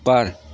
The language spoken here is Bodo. बार